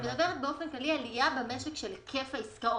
אני מדברת באופן כללי על עלייה במשק של היקף העסקאות.